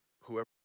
whoever